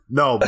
no